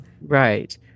right